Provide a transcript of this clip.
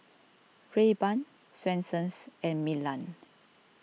Rayban Swensens and Milan